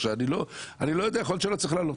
אני לא יודע, יכול שלא צריך להעלות,